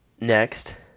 Next